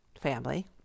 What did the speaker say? family